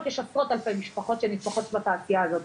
אלא עשרות משפחות שנתמכות בתעשייה הזאתי,